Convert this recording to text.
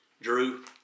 Drew